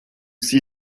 see